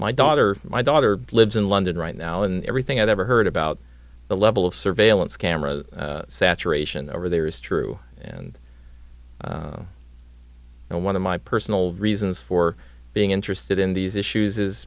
my daughter my daughter lives in london right now and everything i've ever heard about the level of surveillance camera saturation over there is true and one of my personal reasons for being interested in these issues is